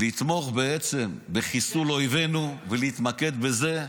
לתמוך בעצם בחיסול אויבינו ולהתמקד בזה,